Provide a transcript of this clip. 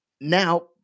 now